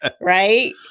right